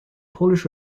polish